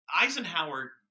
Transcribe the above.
Eisenhower